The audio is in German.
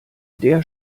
der